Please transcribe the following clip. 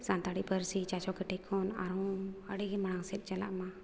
ᱥᱟᱱᱛᱟᱲᱤ ᱯᱟᱹᱨᱥᱤ ᱪᱟᱪᱳ ᱠᱮᱴᱮᱡ ᱠᱷᱚᱱ ᱟᱨᱦᱚᱸ ᱟᱹᱰᱤᱜᱮ ᱢᱟᱲᱟᱝ ᱥᱮᱫ ᱪᱟᱞᱟᱜᱼᱢᱟ